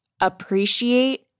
appreciate